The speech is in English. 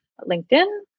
LinkedIn